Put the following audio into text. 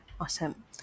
Awesome